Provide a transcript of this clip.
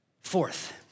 Fourth